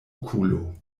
okulo